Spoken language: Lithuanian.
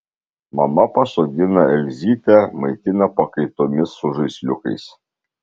mama pasodina elzytę maitina pakaitomis su žaisliukais